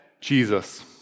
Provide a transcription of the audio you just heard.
Jesus